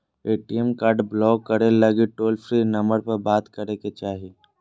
ATM card block करे लगी toll free number पर बात करे के चाही